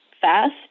fast